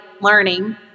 learning